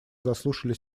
заслушали